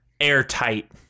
airtight